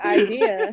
idea